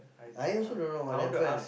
I also don't know what happen eh